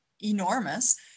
enormous